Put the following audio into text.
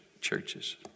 churches